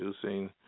producing